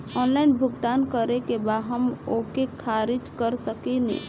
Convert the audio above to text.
Online भुगतान करे के बाद हम ओके खारिज कर सकेनि?